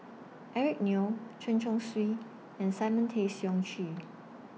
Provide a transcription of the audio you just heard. Eric Neo Chen Chong Swee and Simon Tay Seong Chee